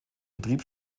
vertrieb